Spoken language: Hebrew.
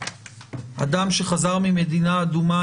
אדם שחזר ממדינה אדומה,